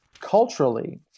Culturally